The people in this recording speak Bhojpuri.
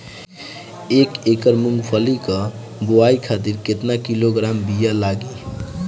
एक एकड़ मूंगफली क बोआई खातिर केतना किलोग्राम बीया लागी?